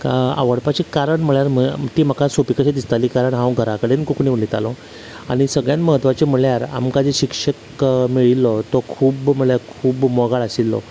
आवडपाचे कारण म्हळ्यार ती म्हाका सोपी कशीं दिसतालीं कारण हांव घरा कडेन कोंकणी उलयतालो आनी सगल्यान म्हत्वाचे म्हणल्यार आमकां जें शिक्षक मेळ्ळिल्लो तो खूब म्हळ्यार खूब मोगाळ आशिल्लो